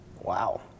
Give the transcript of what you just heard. Wow